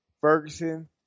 Ferguson